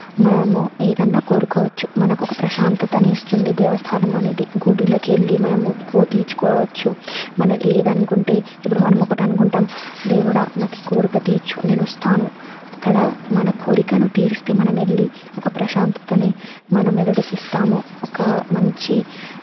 మనము ఏదైనా కోరుకోవచ్చు మనకు ఒక ప్రశాంతతని ఇస్తుంది దేవస్థానం అనేది గుళ్ళకి వెళ్ళి మన ముక్కు తీర్చుకోవచ్చు మనం ఏది అనుకుంటే ఇప్పుడు మనము ఒకటి అనుకుంటాము దేవుడా నాకు ఈ కోరిక తీర్చు నేను వస్తాను అక్కడ మన కోరికను తీరిస్తే మనం వెళ్ళి ఒక ప్రశాంతతని మన మెదడుకి ఇస్తాము ఒక మంచి